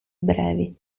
brevi